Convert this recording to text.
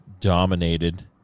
dominated